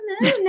no